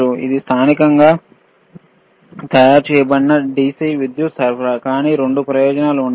ఇది స్థానికంగా తయారు చేయబడిన DC విద్యుత్ సరఫరా కానీ 2 ప్రయోజనాలు ఉన్నాయి